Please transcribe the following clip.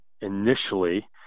initially